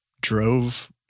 drove